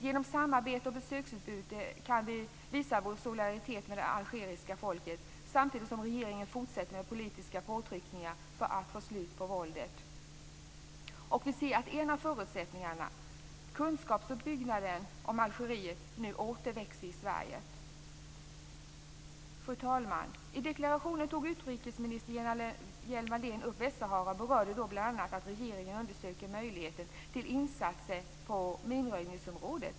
Genom samarbete och besöksutbyte kan vi visa vår solidaritet med det algeriska folket samtidigt som regeringen fortsätter med politiska påtryckningar för att få slut på våldet. Vi ser nu att en av förutsättningarna, kunskapsuppbyggande i fråga om Fru talman! I deklarationen tog utrikesminister Lena Hjelm-Wallén upp Västsahara. Då berörde hon bl.a. att regeringen undersöker möjligheten till insatser på minröjningsområdet.